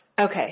Okay